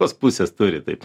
tos pusės turi taip